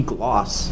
Gloss